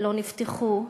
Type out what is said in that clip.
לא נפתחו,